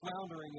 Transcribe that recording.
floundering